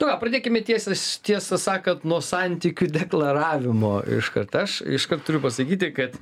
nu va pradėkim tiesiai tiesą sakant nuo santykių deklaravimo iškart aš iškart turiu pasakyti kad fredrikas yra mano kursiokas mes